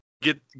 get